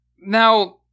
Now